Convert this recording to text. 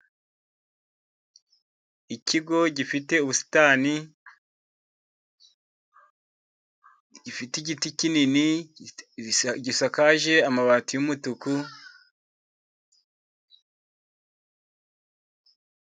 Ikigo gifite ubusitani, gifite igiti kinini, gisakaje amabati yumutuku.